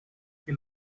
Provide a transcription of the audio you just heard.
que